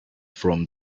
from